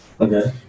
Okay